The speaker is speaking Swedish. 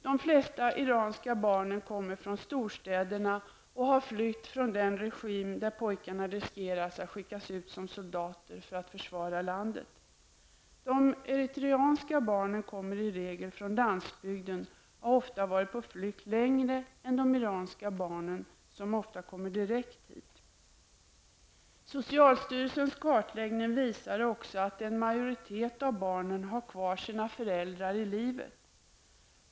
De flesta iranska barn kommer från storstäderna och har flytt från den regim där pojkarna riskerar att skickas ut som soldater för att försvara landet. De eritreanska kommer i regel från landsbygden och har ofta varit på flykt längre tid än de iranska barnen, som för de mesta kommer direkt hit. Socialstyrelsens kartläggning visar också att en majoritet av barnen har kvar sina föräldrar i livet.